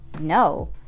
no